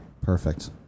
perfect